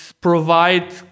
provide